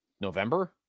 November